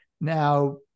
Now